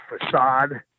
Facade